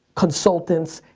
consultants,